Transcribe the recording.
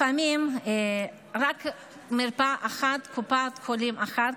לפעמים רק מרפאה אחת, קופת חולים אחת